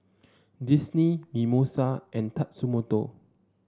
Disney Mimosa and Tatsumoto